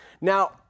Now